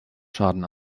schaden